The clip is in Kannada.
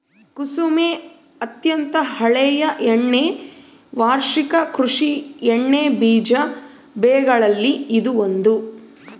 ಕುಸುಮೆ ಅತ್ಯಂತ ಹಳೆಯ ಎಣ್ಣೆ ವಾರ್ಷಿಕ ಕೃಷಿ ಎಣ್ಣೆಬೀಜ ಬೆಗಳಲ್ಲಿ ಇದು ಒಂದು